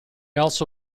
also